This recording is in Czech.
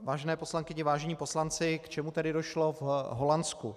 Vážené poslankyně, vážení poslanci, k čemu tedy došlo v Holandsku?